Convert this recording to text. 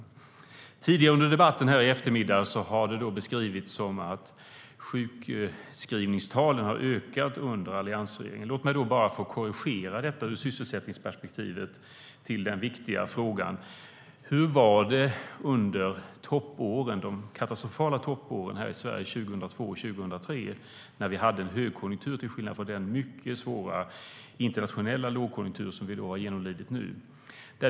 Tidigare under debatten här i eftermiddag har det beskrivits som att sjukskrivningstalen har ökat under alliansregeringen. Låt mig få korrigera detta ur sysselsättningsperspektivet. Den viktiga frågan är: Hur var det under de katastrofala toppåren här i Sverige 2002 och 2003 när vi hade en högkonjunktur till skillnad från den mycket svåra internationella lågkonjunktur som vi nu har genomlidit?